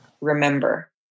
remember